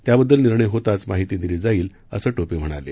त्याबद्दल निर्णय होताच माहिती दिली जाईल असं टोपे म्हणाले